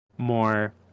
more